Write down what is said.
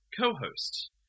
co-host